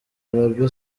arabie